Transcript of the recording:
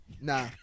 Nah